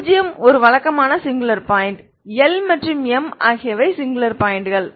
பூஜ்ஜியம் ஒரு வழக்கமான சிங்குலர் பாயிண்ட் L மற்றும் M ஆகியவை சிங்குலர் பாயிண்ட்கள்